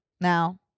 now